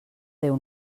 déu